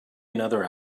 another